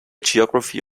geography